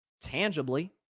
tangibly